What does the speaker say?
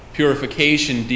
purification